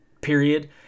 period